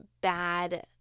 bad